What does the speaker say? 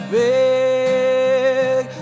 big